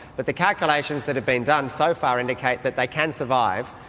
but the calculations that have been done so far indicate that they can survive.